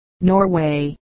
Norway